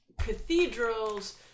cathedrals